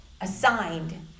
assigned